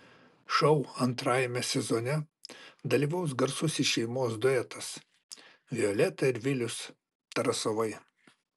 šou antrajame sezone dalyvaus garsusis šeimos duetas violeta ir vilius tarasovai